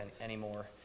anymore